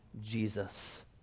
Jesus